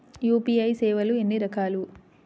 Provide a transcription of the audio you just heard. UPI సేవలు ఎన్నిరకాలు?